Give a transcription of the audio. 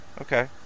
Okay